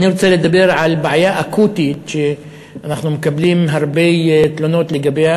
אני רוצה לדבר על בעיה אקוטית שאנחנו מקבלים הרבה תלונות לגביה,